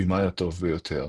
הבמאי הטוב ביותר,